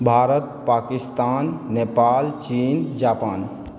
Bharat Pakistan Nepal Chin Japan